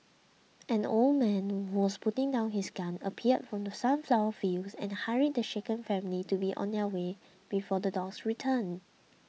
an old man who was putting down his gun appeared from the sunflower fields and hurried the shaken family to be on their way before the dogs return